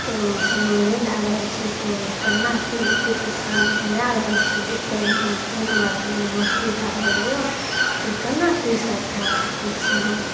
तऽ फेनो नहि भऽ रहल छै तऽ कोना कि हेतै किसान औना रहल छै जे एतऽ गहूम नहि हमरा भेल नहि मौसरी भऽ रहलैए तऽ कोना कि सकै छी हम